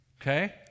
Okay